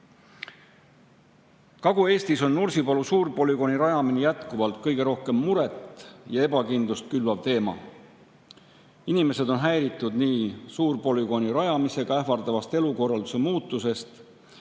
Kagu-Eestis on Nursipalu suurpolügooni rajamine jätkuvalt kõige rohkem muret ja ebakindlust külvav teema. Inimesed on häiritud nii suurpolügooni rajamise tõttu ähvardavast elukorralduse muutusest